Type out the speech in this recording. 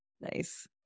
Nice